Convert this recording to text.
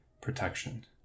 protection